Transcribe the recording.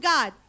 God